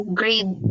grade